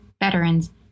veterans